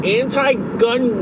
anti-gun